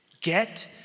Get